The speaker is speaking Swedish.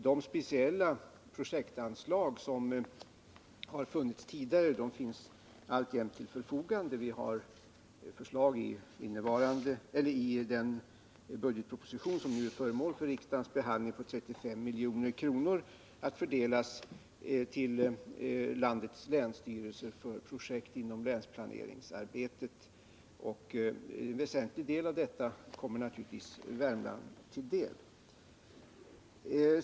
De speciella projektanslag som har funnits tidigare finns alltjämt till förfogande. I den budgetproposition som är föremål för riksdagens behandling har vi föreslagit ett anslag på 35 milj.kr. att fördelas till landets länsstyrelser för projekt inom länsplaneringsarbetet, och en väsentlig del av detta kommer naturligtvis Värmland till del.